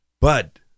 But-